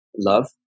Love